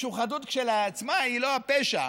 משוחדות כשלעצמה היא לא הפשע,